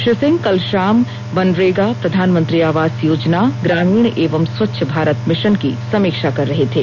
श्री सिंह कल शाम मनरेगा प्रधानमंत्री आवास योजना ग्रामीण एवं स्वच्छ भारत मिशन की समीक्षा कर रहे थे